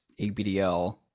ABDL